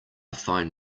find